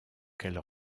qu’elle